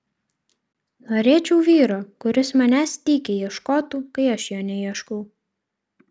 norėčiau vyro kuris manęs tykiai ieškotų kai aš jo neieškau